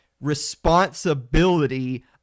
responsibility